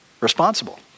responsible